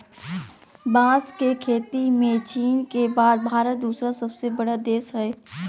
बांस के खेती में चीन के बाद भारत दूसरा सबसे बड़ा देश हइ